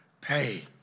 pay